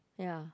ya